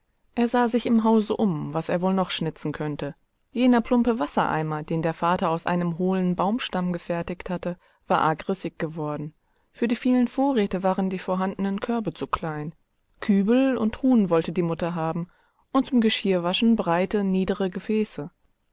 er sah sich im hause um was er wohl noch schnitzen könnte jener plumpe wassereimer den der vater aus einem hohlen baumstamm gefertigt hatte war arg rissig geworden für die vielen vorräte waren die vorhandenen körbe zu klein kübel und truhen wollte die mutter haben und zum geschirrwaschen breite niedere gefäße